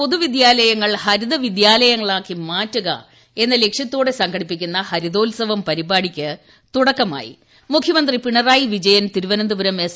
പൊതുവിദ്യാലയങ്ങൾ ഹരിത വിദ്യാലയങ്ങളാക്കി മാറ്റുക എന്ന ലക്ഷ്യത്തോടെ സംഘടിപ്പിക്കുന്ന ഹരിതോത്സവം പരിപാടി അൽപ്പസമയത്തിനകം മുഖ്യമന്ത്രി പിണറായി വിജയൻ തിരുവനന്തപുരം എസ്